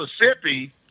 Mississippi